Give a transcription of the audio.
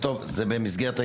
טוב, אז זה במסגרת ההסתייגויות,